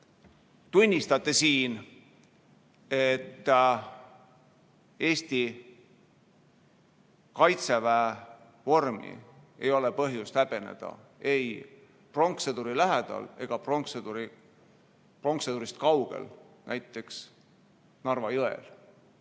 tunnistate siin, et Eesti Kaitseväe vormi ei ole põhjust häbeneda ei pronkssõduri lähedal ega pronkssõdurist kaugel, näiteks Narva jõel.